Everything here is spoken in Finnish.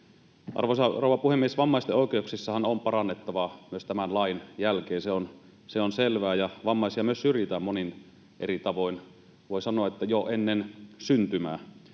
Arvoisa rouva puhemies! Vammaisten oikeuksissahan on parannettavaa myös tämän lain jälkeen, se on selvää, ja vammaisia myös syrjitään monin eri tavoin, voi sanoa, että jo ennen syntymää.